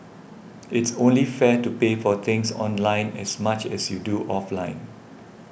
it's only fair to pay for things online as much as you do offline